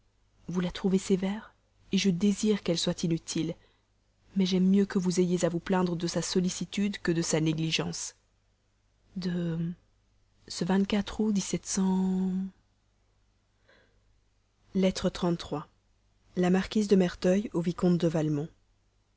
vous la trouvez sévère je désire qu'elle soit inutile mais j'aime mieux que vous ayez à vous plaindre de sa sollicitude que de sa négligence de ce lettre la marquise de merteuil au vicomte de